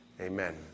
Amen